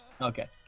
Okay